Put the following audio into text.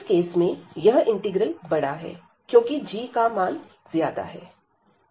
इस केस में यह इंटीग्रल बड़ा है क्योंकि g का मान ज्यादा है